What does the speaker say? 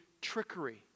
trickery